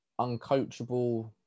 uncoachable